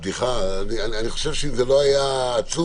אני חושב שאם זה לא היה עצוב,